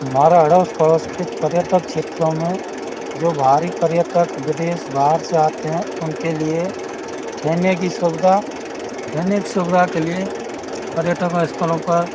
हमारा अरोस पड़ोस के पर्यटक क्षेत्रों में जो बाहरी पर्यटक विदेश बाहर से आते हैं उनके लिए ठहरने कि सुविधा ठहरने के सुविधा के लिए पर्यटकों स्थलों पर